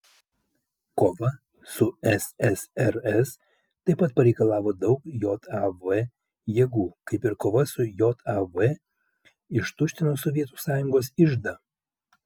kova su ssrs taip pat pareikalavo daug jav jėgų kaip ir kova su jav ištuštino sovietų sąjungos iždą